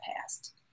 past